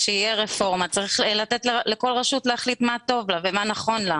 כשתהיה רפורמה צריך לתת לכל רשות להחליט מה טוב לה ומה נכון לה.